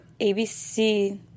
ABC